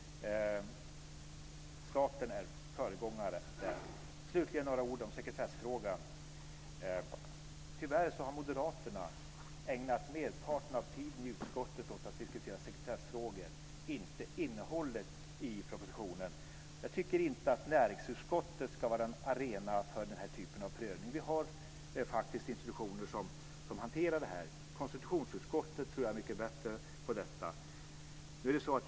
Staten är föregångare på det området. Slutligen vill jag säga några ord om sekretessfrågan. Tyvärr har Moderaterna ägnat merparten av tiden i utskottet åt att diskutera sekretessfrågor, och inte innehållet i propositionen. Jag tycker inte att näringsutskottet ska vara arena för denna typ av prövning. Vi har faktiskt institutioner som hanterar detta. Jag tror att konstitutionsutskottet är mycket bättre på det.